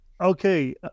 Okay